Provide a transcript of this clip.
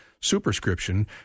superscription